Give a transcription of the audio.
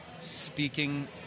speaking